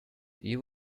you